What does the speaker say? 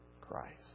Christ